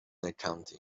accounting